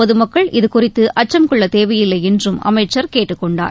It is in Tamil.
பொதுமக்கள் இதுகுறித்து அச்சம் கொள்ளத் தேவையில்லை என்றும் அமைச்சர் கேட்டுக் கொண்டார்